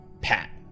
pat